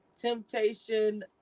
Temptation